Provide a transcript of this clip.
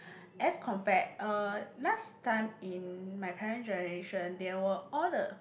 as compared uh last time in my parent generation they were all the